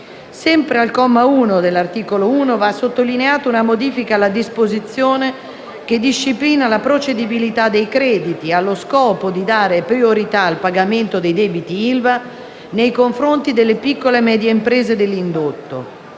Sempre al comma 1 dell'articolo 1, va sottolineata una modifica alla disposizione che disciplina la procedibilità dei crediti, allo scopo di dare priorità al pagamento dei debiti ILVA nei confronti delle piccole e medie imprese dell'indotto.